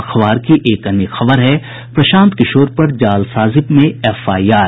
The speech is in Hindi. अखबार की एक अन्य खबर है प्रशांत किशोर पर जालसाजी में एफआईआर